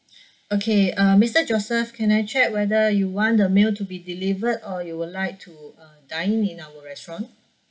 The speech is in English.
okay uh mister joseph can I check whether you want the meal to be delivered or you will like to uh dine in our restaurant